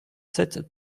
sept